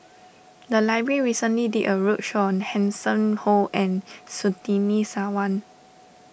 the library recently did a roadshow on Hanson Ho and Surtini Sarwan